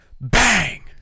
bang